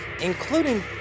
including